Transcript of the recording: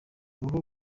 uruhu